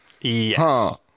Yes